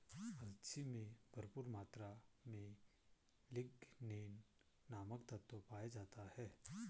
अलसी में भरपूर मात्रा में लिगनेन नामक तत्व पाया जाता है